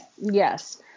Yes